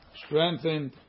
strengthened